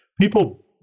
people